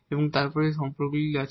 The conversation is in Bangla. এবং তারপরে আমাদের এই সম্পর্কগুলি আছে